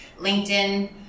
LinkedIn